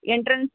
entrance